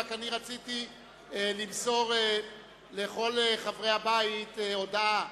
רציתי למסור לכל חברי הבית הודעה.